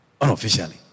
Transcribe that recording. unofficially